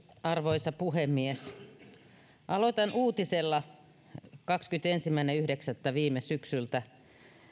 arvoisa puhemies aloitan uutisella kahdeskymmenesensimmäinen yhdeksättä viime syksyltä